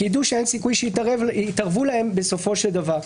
כי ידעו שאין סיכוי שיתערבו להם בסופו של דבר.